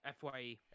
FYE